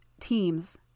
teams